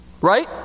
Right